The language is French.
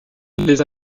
les